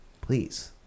Please